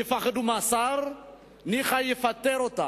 יפחדו מהשר, ניחא, יפטר אותם,